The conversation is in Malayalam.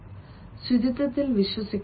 അതിനാൽ അവർ ശുചിത്വത്തിൽ വിശ്വസിക്കണം